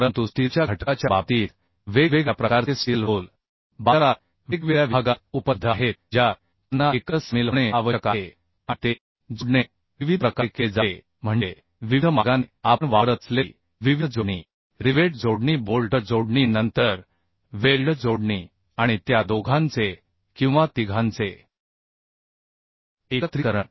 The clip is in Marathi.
परंतु स्टीलच्या घटकाच्या बाबतीत वेगवेगळ्या प्रकारचे स्टील रोल बाजारात वेगवेगळ्या विभागात उपलब्ध आहेत ज्यात त्यांना एकत्र सामील होणे आवश्यक आहे आणि ते जोडणे विविध प्रकारे केले जावे म्हणजे विविध मार्गाने आपण वापरत असलेली विविध जोडणी पाहू रिवेट जोडणी बोल्ट जोडणी नंतर वेल्ड जोडणी आणि त्या दोघांचे किंवा तिघांचे एकत्रीकरण